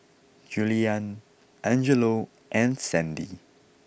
Juliann Angelo and Sandy